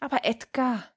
aber edgar